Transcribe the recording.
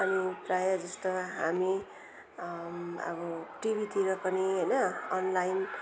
अनि प्रायःजस्तो हामी अब टिभीतिर पनि होइन अनलाइन